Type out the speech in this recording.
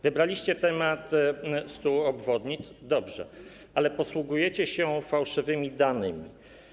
Wybraliście temat 100 obwodnic, dobrze, ale posługujecie się fałszywymi danymi.